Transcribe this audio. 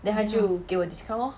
then 她就就给我 discount lor